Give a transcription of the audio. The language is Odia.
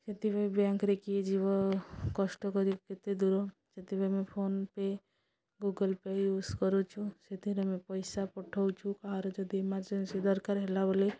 ସେଥିପାଇଁ ବ୍ୟାଙ୍କରେ କିଏ ଯିବ କଷ୍ଟକରି ଏତେ ଦୂର ସେଥିପାଇଁ ଆମେ PhonePe Google Pay use କରୁଛୁ ସେଥିରେ ଆମେ ପଇସା ପଠଉଛୁ କାହାର ଯଦି ଏମାର୍ଜେନ୍ସି ଦରକାର ହେଲା ବେଲେ